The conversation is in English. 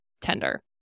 tender